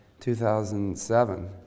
2007